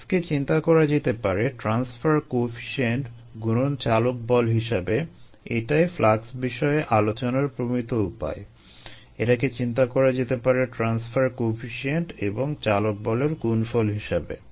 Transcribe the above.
ফ্লাক্সকে চিন্তা করা যেতে পারে ট্রান্সফার কোয়েফিসিয়েন্ট গুণন চালক বল হিসেবে এটাই ফ্লাক্স বিষয়ে আলোচনার প্রমিত উপায় এটাকে চিন্তা করা যেতে পারে ট্রান্সফার কোয়েফিসিয়েন্ট এবং চালক বলের গুণফল হিসেবে